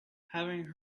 having